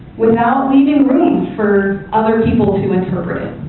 without leaving for other people to interpret